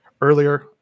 earlier